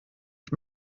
ich